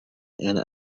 and